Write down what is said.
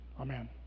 Amen